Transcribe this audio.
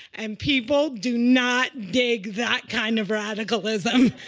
and people do not dig that kind of radicalism.